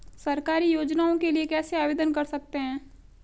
सरकारी योजनाओं के लिए कैसे आवेदन कर सकते हैं?